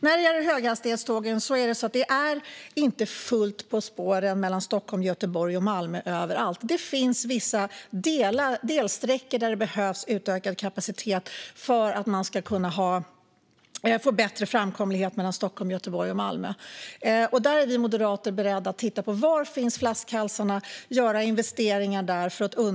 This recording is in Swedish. När det gäller höghastighetstågen är det inte fullt överallt på spåren mellan Stockholm, Göteborg och Malmö. Det finns vissa delsträckor där det behövs utökad kapacitet för att få bättre framkomlighet mellan Stockholm, Göteborg och Malmö. För att underlätta för tågen är vi moderater beredda att titta på var flaskhalsarna finns och göra investeringar där.